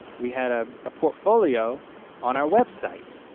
we had a ah portfolio on our website.